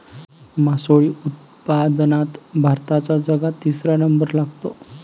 मासोळी उत्पादनात भारताचा जगात तिसरा नंबर लागते